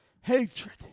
hatred